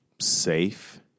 Safe